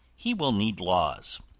he will need laws.